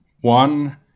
One